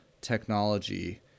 technology